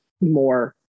more